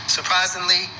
Surprisingly